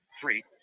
three